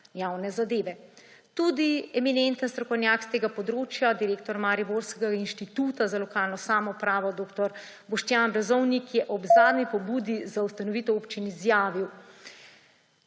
javne zadeve. Tudi eminentni strokovnjak s tega področja, direktor mariborskega Inštituta za lokalno samoupravo dr. Boštjan Brezovnik, je ob zadnji pobudi za ustanovitev občin izjavil: